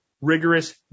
rigorous